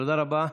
תודה רבה.